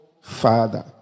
father